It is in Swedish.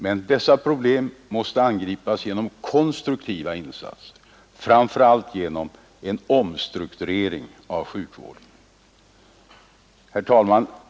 Men dessa problem måste angripas genom konstruktiva insatser, framför allt genom en omstrukturering av sjukvården. Herr talman!